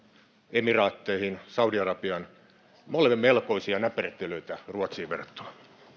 emiraatteihin saudi arabiaan me olemme melkoisia näpertelijöitä ruotsiin verrattuna